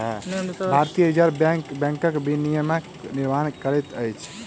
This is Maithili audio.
भारतीय रिज़र्व बैंक बैंकक विनियमक निर्माण करैत अछि